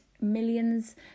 millions